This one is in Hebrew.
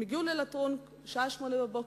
הם הגיעו ללטרון בשעה 08:00,